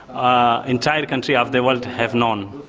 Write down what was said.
ah entire countries of the world have known,